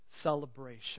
Celebration